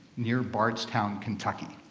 near bardstown, kentucky.